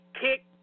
kick